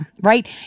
right